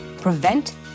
Prevent